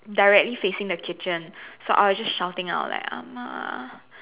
directly facing the kitchen so I was just shouting out like ah-ma